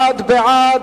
31 בעד,